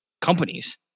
companies